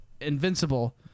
invincible